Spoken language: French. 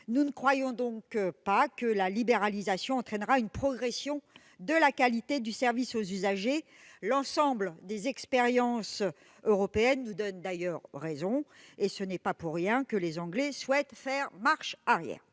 Nous ne croyons pas que la libéralisation entraînera une progression de la qualité du service aux usagers. L'ensemble des expériences européennes nous donne d'ailleurs raison, et ce n'est pas pour rien que les Britanniques souhaitent faire marche arrière.